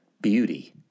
beauty